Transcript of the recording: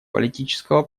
политического